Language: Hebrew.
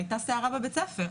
היתה סערה בבית הספר.